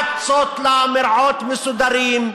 להקצות לה מרעים מסודרים,